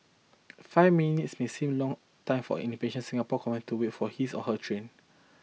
five minutes may seem long time for an impatient Singapore commuter to wait for his or her train